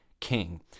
king